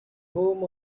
home